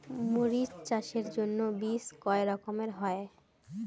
মরিচ চাষের জন্য বীজ কয় রকমের হয়?